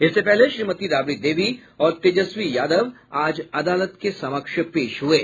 इससे पहले श्रीमती राबड़ी देवी और तेजस्वी यादव आज अदालत के समक्ष पेश हुये